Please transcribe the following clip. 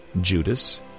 Judas